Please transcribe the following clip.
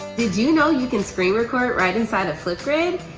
did you know you can screen record right inside of flipgrid?